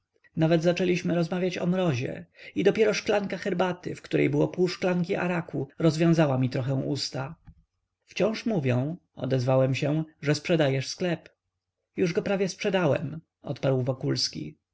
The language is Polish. nawet zaczęliśmy rozmawiać o mrozie i dopiero szklanka herbaty w której było pół szklanki araku rozwiązała mi trochę usta wciąż mówią odezwałem się że sprzedajesz sklep już go prawie sprzedałem odparł wokulski